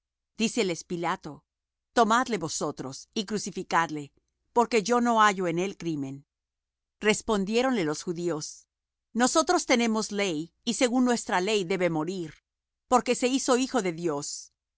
crucifícale crucifícale díceles pilato tomadle vosotros y crucificadle porque yo no hallo en él crimen respondiéronle los judíos nosotros tenemos ley y según nuestra ley debe morir porque se hizo hijo de dios